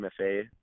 MFA